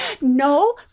No